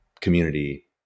community